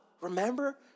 Remember